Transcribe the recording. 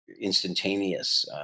instantaneous